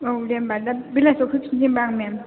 औ दे होमबा दा बेलासिआव फैफिननोसै होनबा आं मेम